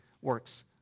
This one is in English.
works